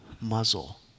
muzzle